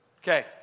Okay